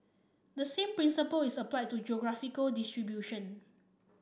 the same principle is applied to geographical distribution